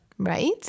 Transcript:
Right